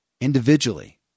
Individually